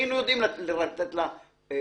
היינו יודעים לתת לה מרפא,